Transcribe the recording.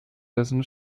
dessen